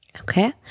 Okay